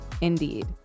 Indeed